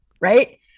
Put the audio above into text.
right